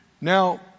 Now